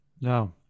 No